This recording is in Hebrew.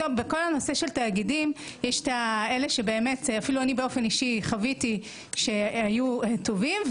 בכל הנושא של תאגידים אני אפילו באופן אישי חוויתי שהיו טובים,